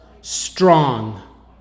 strong